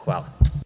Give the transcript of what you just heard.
Hvala.